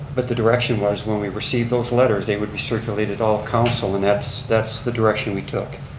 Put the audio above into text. but the direction was when we received those letters, they would be circulated all council and that's that's the direction we took.